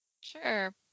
Sure